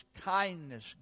kindness